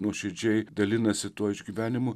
nuoširdžiai dalinasi tuo išgyvenimu